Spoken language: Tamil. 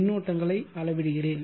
மின் ஓட்டங்களை அளவிடுகிறேன்